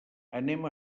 anem